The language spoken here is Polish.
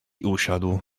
usiadł